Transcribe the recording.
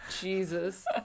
Jesus